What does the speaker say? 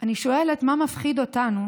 אני שואלת מה מפחיד אותנו